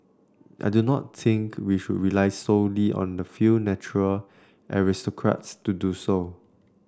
I do not think we should rely solely on the few natural aristocrats to do so